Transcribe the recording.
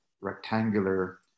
rectangular